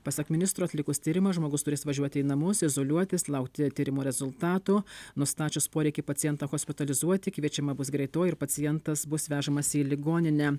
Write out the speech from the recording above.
pasak ministro atlikus tyrimą žmogus turės važiuoti į namus izoliuotis laukti tyrimo rezultatų nustačius poreikį pacientą hospitalizuoti kviečiama bus greitoji ir pacientas bus vežamas į ligoninę